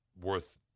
worth